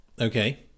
Okay